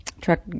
Truck